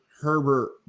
Herbert